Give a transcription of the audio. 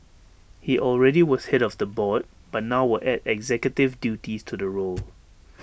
he already was Head of the board but now will add executive duties to the role